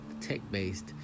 tech-based